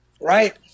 Right